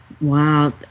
Wow